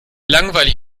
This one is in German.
langweilig